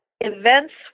events